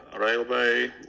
railway